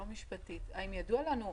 לא משפטית: האם ידוע לנו,